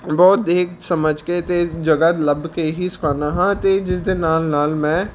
ਬਹੁਤ ਦੇਖ ਸਮਝ ਕੇ ਅਤੇ ਜਗ੍ਹਾ ਲੱਭ ਕੇ ਹੀ ਸੁਕਾਉਂਦਾ ਹਾਂ ਅਤੇ ਜਿਸਦੇ ਨਾਲ ਨਾਲ ਮੈਂ